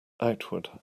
outward